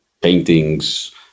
paintings